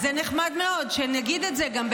אז זה נחמד מאוד שנגיד את זה גם,